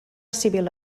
civil